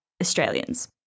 Australians